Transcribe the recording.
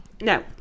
No